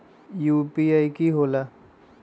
UPI कि होला?